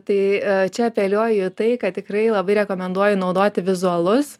tai čia apeliuoju į tai ką tikrai labai rekomenduoju naudoti vizualus